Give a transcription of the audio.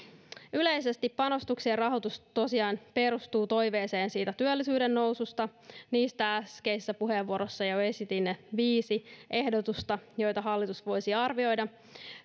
yleisesti panostuksien rahoitus tosiaan perustuu toiveeseen siitä työllisyyden noususta niistä äskeisessä puheenvuorossa jo esitin viisi ehdotusta joita hallitus voisi arvioida